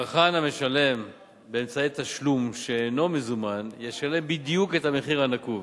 צרכן המשלם באמצעי תשלום שאינו מזומן ישלם בדיוק את המחיר הנקוב.